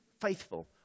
faithful